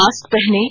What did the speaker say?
mask पहनें